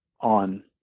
on